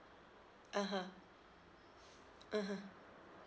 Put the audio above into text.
(uh huh) mmhmm